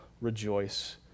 rejoice